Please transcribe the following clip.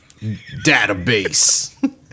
Database